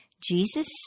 Jesus